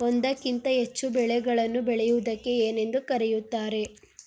ಒಂದಕ್ಕಿಂತ ಹೆಚ್ಚು ಬೆಳೆಗಳನ್ನು ಬೆಳೆಯುವುದಕ್ಕೆ ಏನೆಂದು ಕರೆಯುತ್ತಾರೆ?